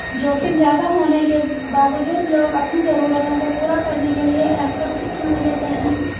जोखिम ज्यादा होने के बावजूद लोग अपनी जरूरतों को पूरा करने के लिए असुरक्षित ऋण लेते हैं